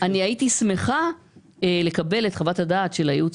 אני הייתי שמחה לקבל את חוות הדעת של הייעוץ